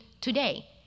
today